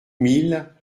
mille